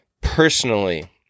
personally